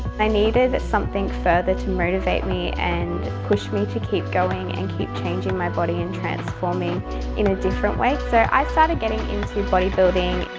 i needed something further to motivate me and push me to keep going and keep changing my body and transforming in a different way. so i started getting into bodybuilding.